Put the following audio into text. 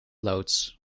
loods